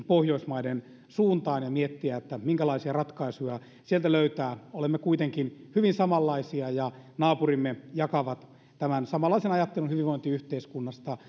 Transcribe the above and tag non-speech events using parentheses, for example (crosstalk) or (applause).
(unintelligible) pohjoismaiden suuntaan ja miettiä minkälaisia ratkaisuja sieltä löytää olemme kuitenkin hyvin samanlaisia ja naapurimme jakavat tämän samanlaisen ajattelun hyvinvointiyhteiskunnasta (unintelligible)